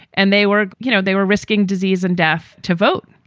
and they were you know, they were risking disease and death to vote.